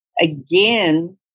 again